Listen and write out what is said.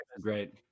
Great